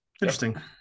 Interesting